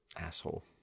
Asshole